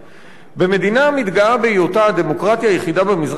"במדינה המתגאה בהיותה הדמוקרטיה היחידה במזרח התיכון